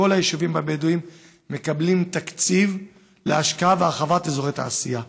מקבלים תקציב להשקעה ולהרחבת אזורי תעשייה.